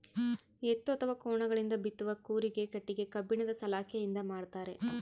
ಎತ್ತು ಅಥವಾ ಕೋಣಗಳಿಂದ ಬಿತ್ತುವ ಕೂರಿಗೆ ಕಟ್ಟಿಗೆ ಕಬ್ಬಿಣದ ಸಲಾಕೆಯಿಂದ ಮಾಡ್ತಾರೆ